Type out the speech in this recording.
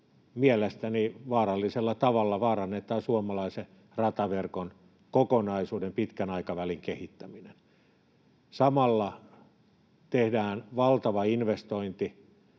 mielestäni vaarallisella tavalla vaarannetaan suomalaisen rataverkon kokonaisuuden pitkän aikavälin kehittäminen. Samalla tehdään valtava investointi,